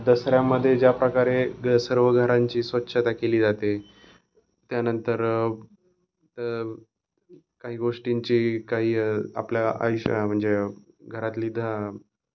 दसऱ्यामध्ये ज्याप्रकारे ग सर्व घरांची स्वच्छता केली जाते त्यानंतर त काही गोष्टींची काही आपल्या आयुष्या म्हणजे घरातली ध